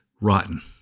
rotten